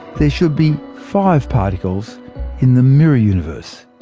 there should be five particles in the mirror universe.